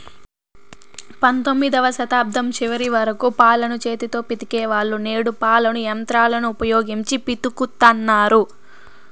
పంతొమ్మిదవ శతాబ్దం చివరి వరకు పాలను చేతితో పితికే వాళ్ళు, నేడు పాలను యంత్రాలను ఉపయోగించి పితుకుతన్నారు